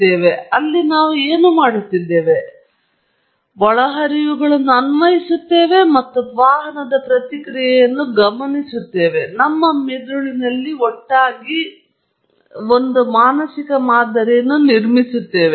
ಆದ್ದರಿಂದ ಅಲ್ಲಿ ನಾವು ಏನು ಮಾಡುತ್ತಿರುವೆವು ನಾವು ಒಳಹರಿವುಗಳನ್ನು ಅನ್ವಯಿಸುತ್ತಿದ್ದೇವೆ ಮತ್ತು ವಾಹನದ ಪ್ರತಿಕ್ರಿಯೆಯನ್ನು ಗಮನಿಸಿ ನಮ್ಮ ಮಿದುಳಿನಲ್ಲಿ ಒಟ್ಟಾಗಿ ಇರಿಸಿ ಮಾನಸಿಕ ಮಾದರಿಯನ್ನು ನಿರ್ಮಿಸುತ್ತೇವೆ